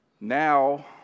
now